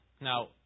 Now